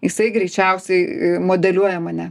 jisai greičiausiai modeliuoja mane